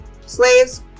Slaves